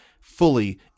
fully